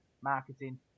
marketing